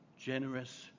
generous